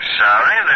sorry